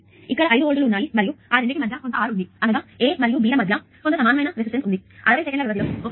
కాబట్టి ఇక్కడ 5 వోల్ట్లు ఉన్నాయి మరియు ఈ రెండింటి మధ్య కొంత R ఉంది అనగా A మరియు B ల మధ్య కొంత సమానమైన రెసిస్టన్స్ ఉంది 60 సెకన్ల వ్యవధిలో 1